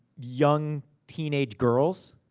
young teenage girls.